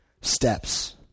steps